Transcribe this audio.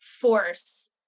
force